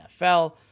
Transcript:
NFL